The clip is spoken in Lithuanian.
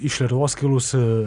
iš lietuvos kilusį